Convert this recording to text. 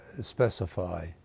specify